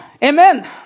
Amen